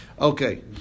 Okay